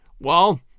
Well